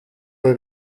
bei